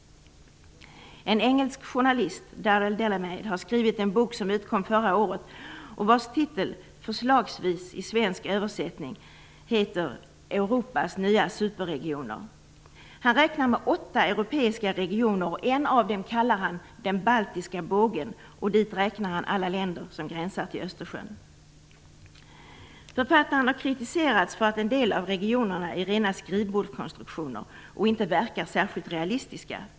En engelsk journalist har skrivit en bok som utkom förra året, vars titel förslagsvis i svensk översättning skulle kunna vara Europas nya superregioner. Han räknar med åtta europeiska regioner och en av dem kallar han den baltiska bågen. Dit räknar han alla länder som gränsar till Östersjön. Författaren har kritiserats för att en del av regionerna är rena skrivbordskonstruktioner och inte verkar särskilt realistiska.